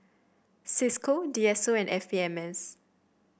Cisco D S O and F P M S